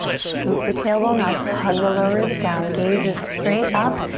scoop the tailbone up, hug the lower ribs down, gaze is straight up,